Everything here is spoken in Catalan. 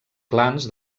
clans